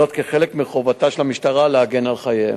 זאת כחלק מחובתה של המשטרה להגן על חייהם.